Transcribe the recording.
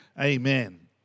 amen